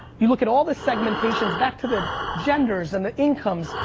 you look at all the segmentations, back to the genders and the incomes.